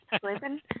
Sleeping